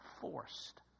forced